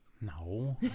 No